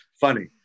funny